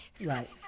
Right